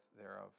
thereof